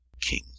king